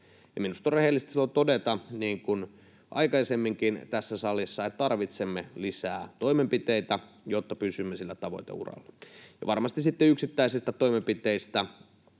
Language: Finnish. minusta on rehellistä silloin todeta, niin kuin aikaisemminkin tässä salissa, että tarvitsemme lisää toimenpiteitä, jotta pysymme sillä tavoiteuralla. Ja varmasti sitten yksittäisistä toimenpiteistä